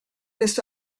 this